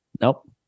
Nope